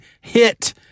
hit